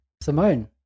simone